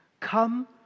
Come